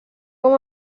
com